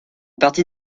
partie